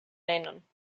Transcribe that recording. lennon